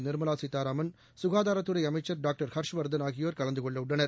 நிர்மலா சீதாராமன் சுகாதாரத்துறை அமைச்சர் டாக்டர் ஹர்ஷவர்தன் ஆகியோர் கலந்து கொள்ள உள்ளனர்